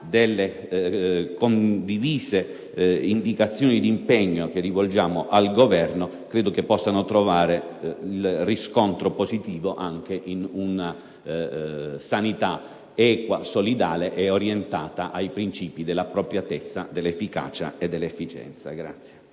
delle condivise indicazioni di impegno che rivolgiamo al Governo possa trovare riscontro positivo anche in una sanità equa, solidale e orientata ai principi dell'appropriatezza, dell'efficacia e dell'efficienza.